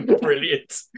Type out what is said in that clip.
brilliant